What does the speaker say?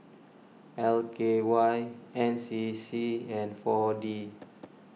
L K Y N C C and four D